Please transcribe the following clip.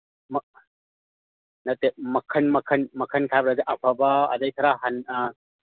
ꯅꯠꯇꯦ ꯃꯈꯟ ꯃꯈꯟ ꯃꯈꯟ ꯈꯥꯏꯕ꯭ꯔꯥꯗꯤ ꯑꯐꯕ ꯑꯗꯒꯤ ꯈꯔ ꯑꯥ